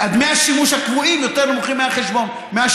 דמי השימוש הקבועים יותר גבוהים מהשימוש.